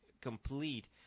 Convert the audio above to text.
complete